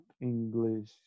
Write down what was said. English